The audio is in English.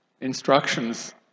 instructions